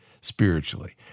spiritually